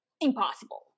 impossible